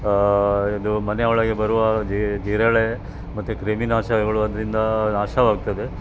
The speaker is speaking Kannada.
ಇದು ಮನೆಯೊಳಗೆ ಬರುವ ಜಿರಳೆ ಮತ್ತು ಕ್ರಿಮಿನಾಶಕಗಳು ಅದರಿಂದ ನಾಶವಾಗ್ತದೆ